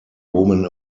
women